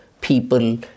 people